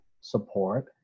support